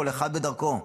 כל אחד בדרכו.